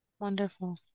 Wonderful